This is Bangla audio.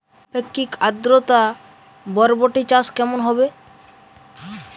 আপেক্ষিক আদ্রতা বরবটি চাষ কেমন হবে?